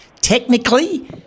technically